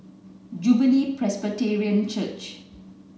Jubilee Presbyterian Church